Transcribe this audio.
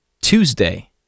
Tuesday